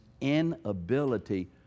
inability